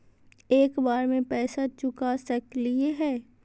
एक बार में पैसा चुका सकालिए है?